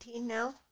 now